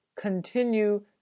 continue